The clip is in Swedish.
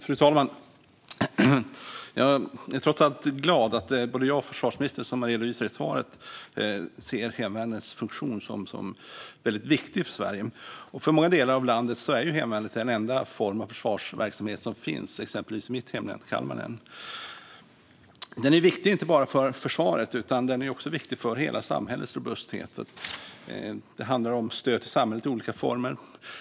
Fru talman! Jag är trots allt glad att både jag och försvarsministern, som han redovisar i svaret, ser hemvärnets funktion som väldigt viktig för Sverige. I många delar av landet, exempelvis i mitt hemlän Kalmar län, är hemvärnet den enda form av försvarsverksamhet som finns. Den är viktig inte bara för försvaret utan också för hela samhällets robusthet. Det handlar om stöd till samhället i olika former.